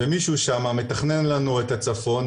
ומישהו שם מתכנן לנו את הצפון,